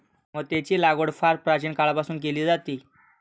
मोत्यांची लागवड फार प्राचीन काळापासून केली जाते